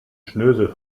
schnösel